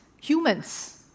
humans